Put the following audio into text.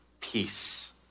peace